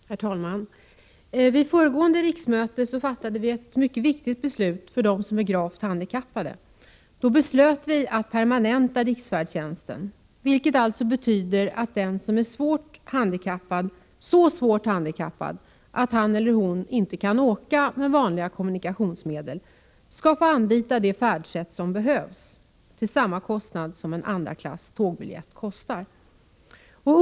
Herr talman! Vid föregående riksmöte fattade vi ett beslut som var mycket viktigt för de gravt handikappade. Då beslöt vi att permanenta riksfärdtjänsten, vilket alltså betyder att den som är så svårt handikappad att han eller hon inte kan åka med vanliga kommunikationsmedel skall få anlita det färdsätt som behövs till samma kostnad som en andra klass tågbiljett belöper sig till.